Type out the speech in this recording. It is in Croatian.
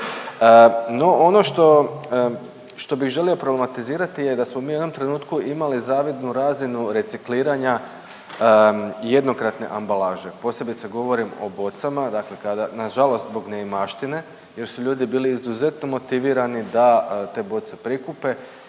što, što bih želio problematizirati je da smo mi u jednom trenutku imali zavidnu razinu recikliranja jednokratne ambalaže posebice govorim o bocama, dakle kada na žalost zbog neimaštine jer su ljudi bili izuzetno motivirani da te boce prikupe